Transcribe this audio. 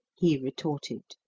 he retorted.